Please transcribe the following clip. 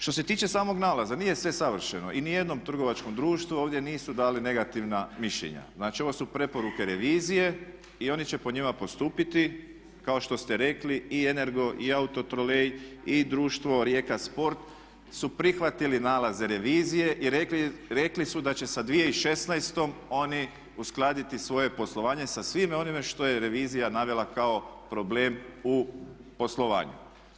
Što se tiče samog nalaza nije sve savršeno i ni jednom trgovačkom društvu ovdje nisu dali negativna mišljenja, znači ovo su preporuke revizije i oni će po njima postupiti kao što ste rekli i Energo i Autotrolej i društvo Rijeka sport su prihvatili nalaze revizije i rekli su da će sa 2016. oni uskladiti svoje poslovanje sa svime onime što je revizija navela kao problem u poslovanju.